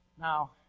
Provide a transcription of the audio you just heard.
Now